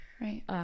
Right